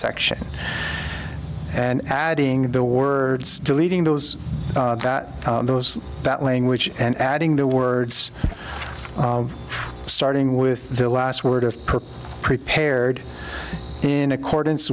section and adding the words deleting those that those that language and adding the words starting with the last word of per prepared in accordance